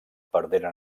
perderen